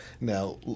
now